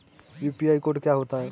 UPI code क्या होता है?